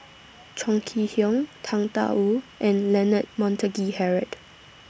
Chong Kee Hiong Tang DA Wu and Leonard Montague Harrod